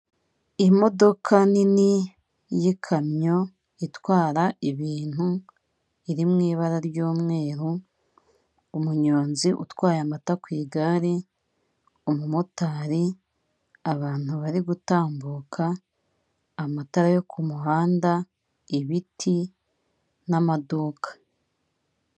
Imodoka nini y'ikamyo itwara ibintu iri mwibara ry'umweru, umunyonzi utwaye amata ku igare, umumotari abantu bari gutambuka amatara yo ku muhanda ibiti n'amaduka.